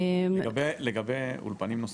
לגבי אולפנים נוספים,